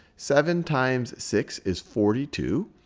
seven times six is forty two.